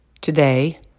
Today